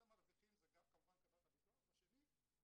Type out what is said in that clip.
אחד המרוויחים זה גם חברת הביטוח והשני זה